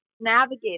navigate